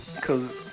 Cause